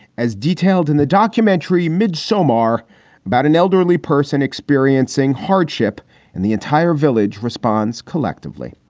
as detailed in the documentary midsummer about an elderly person experiencing hardship and the entire village responds collectively.